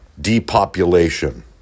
Depopulation